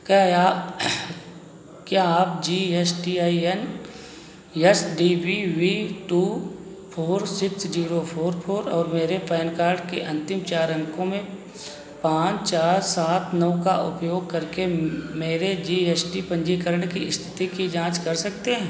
क्या क्या आप G S T I N is D B V two four six zero four four और मेरे पैन कार्ड के अंतिम चार अंकों में पाँच चार सात नौ का उपयोग करके मेरे जी एस टी पंजीकरण की स्थिति की जांच कर सकते हैं